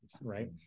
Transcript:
right